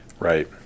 Right